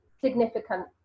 significant